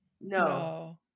No